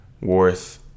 worth